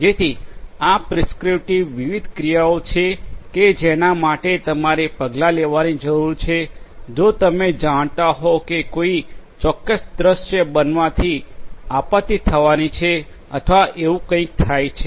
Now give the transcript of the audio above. જેથી આ પ્રિસ્ક્રિપ્ટિવ વિવિધ ક્રિયાઓ છે કે જેના માટે તમારે પગલા લેવાની જરૂર છે જો તમે જાણતા હો કે કોઈ ચોક્કસ દૃશ્ય બનવાથી આપત્તિ થવાની છે અથવા એવું કંઈક થાય છે